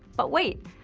but wait.